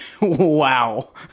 Wow